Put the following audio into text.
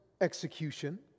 execution